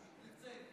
אני מתנצל.